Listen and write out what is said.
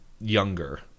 younger